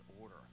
order